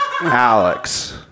Alex